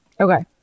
Okay